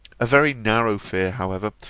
a very narrow fear, however,